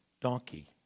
donkey